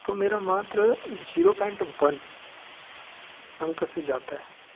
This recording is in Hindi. तो मेरा मात्र ज़ीरो पॉइंट वन अंक से जाता है